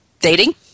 dating